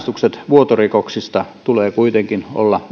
vuotorikoksista tulee kuitenkin olla